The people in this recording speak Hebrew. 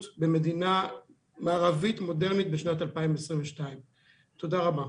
במדינה מערבית ומודרנית בשנת 2022. תודה רבה.